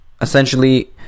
essentially